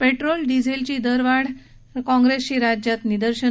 petrol डिझेलची दरवाढ काँग्रेसची राज्यात निदर्शन